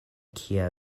kia